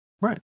Right